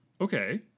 Okay